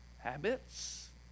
Habits